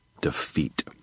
defeat